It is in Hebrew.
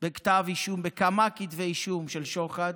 בכתב אישום, בכמה כתבי אישום, של שוחד,